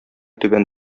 түбән